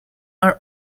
are